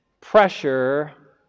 pressure